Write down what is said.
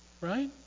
Right